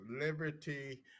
liberty